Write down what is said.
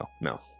No